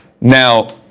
Now